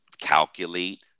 calculate